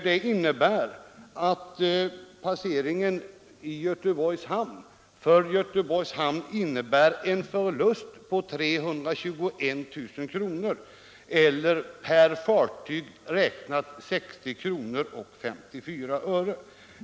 Det innebär att passeringen i Göteborgs hamn för hamnen innebär en förlust på 321 000 kr., eller per fartyg räknat 60:54 kr.